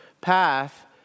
path